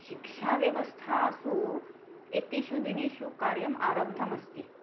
शिक्षाव्यवस्थासु एतेषु दिनेषु कार्यम् आरब्धमस्ति